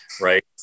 right